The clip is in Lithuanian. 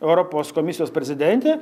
europos komisijos prezidentė